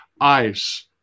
Ice